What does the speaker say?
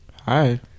hi